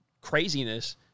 craziness